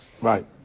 Right